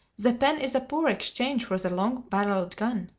the pen is a poor exchange for the long-barreled gun.